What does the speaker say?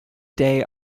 day